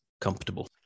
comfortable